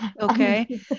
okay